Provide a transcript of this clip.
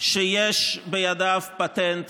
שיש בידיו פטנט